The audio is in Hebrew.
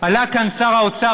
עלה כאן שר האוצר,